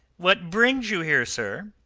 what brings you here, sir?